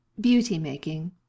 BEAUTY-MAKING